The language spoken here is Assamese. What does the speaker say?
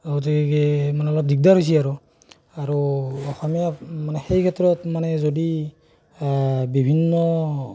গতিকে মানে অলপ দিগদাৰ হৈছে আৰু আৰু অসমীয়া মানে সেই ক্ষেত্ৰত মানে যদি বিভিন্ন